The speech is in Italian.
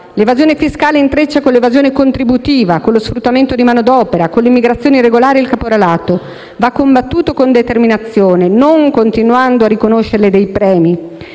l'evasione fiscale intreccia con l'evasione contributiva, con lo sfruttamento di manodopera, con l'immigrazione irregolare e il caporalato. Va combattuta con determinazione, non continuando a riconoscerle dei premi.